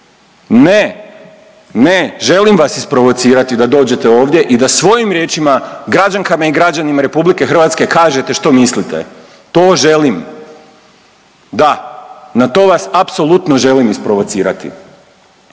Ne, ne. Želim vas isprovocirati da dođete ovdje i da svojim riječima, građankama i građanima RH kažete što mislite. To želim. Da. Na to vas apsolutno želim isprovocirati.